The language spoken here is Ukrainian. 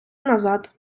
назад